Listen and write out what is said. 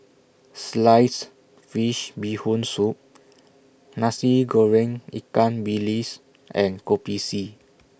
Sliced Fish Bee Hoon Soup Nasi Goreng Ikan Bilis and Kopi C